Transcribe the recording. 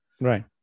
Right